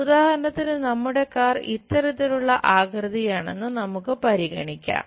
ഉദാഹരണത്തിന് നമ്മുടെ കാർ ഇത്തരത്തിലുള്ള ആകൃതിയാണെന്ന് നമുക്ക് പരിഗണിക്കാം